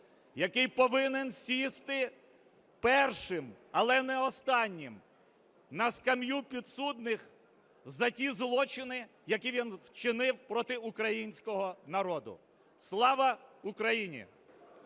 який повинен сісти першим, але не останнім на скам'ю підсудних за ті злочини, які він вчинив проти українського народу. Слава Україні!